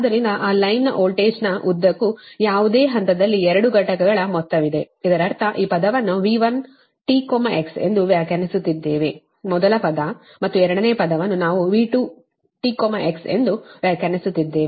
ಆದ್ದರಿಂದ ಆ ಲೈನ್ ನ ವೋಲ್ಟೇಜ್ನ ಉದ್ದಕ್ಕೂ ಯಾವುದೇ ಹಂತದಲ್ಲಿ ಎರಡು ಘಟಕಗಳ ಮೊತ್ತವಿದೆ ಇದರರ್ಥ ಈ ಪದವನ್ನು V1t x ಎಂದು ವ್ಯಾಖ್ಯಾನಿಸುತ್ತಿದ್ದೇವೆ ಮೊದಲ ಪದ ಮತ್ತು ಎರಡನೇ ಪದವನ್ನು ನಾವು V2 t x ಎಂದು ವ್ಯಾಖ್ಯಾನಿಸುತ್ತಿದ್ದೇವೆ